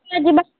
କିଏ ଯିବେ